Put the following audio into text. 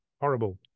horrible